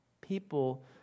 People